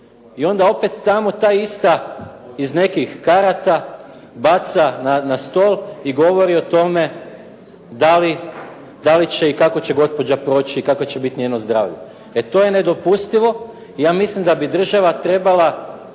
i onda opet tamo ta ista iz nekih karata baca na stol i govori o tome da li će i kako će gospođa proći i kakvo će biti njeno zdravlje. E to je nedopustivo. Ja mislim da bi država trebala